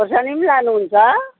खोर्सानी पनि लानुहुन्छ